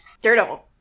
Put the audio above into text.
Daredevil